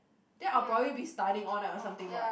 then I'll probably be studying all night or something what